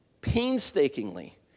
painstakingly